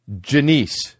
Janice